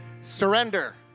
surrender